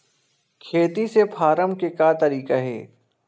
खेती से फारम के का तरीका हे?